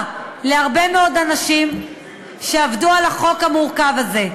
להרבה מאוד אנשים שעבדו על החוק המורכב הזה.